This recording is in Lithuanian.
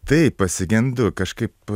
taip pasigendu kažkaip